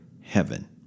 heaven